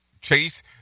chase